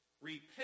Repent